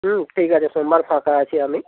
হুম ঠিক আছে সোমবার ফাঁকা আছি আমি